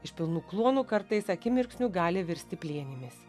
iš pilnų kluonų kartais akimirksniu gali virsti plėnimis